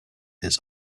his